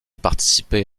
participer